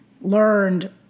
learned